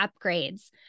upgrades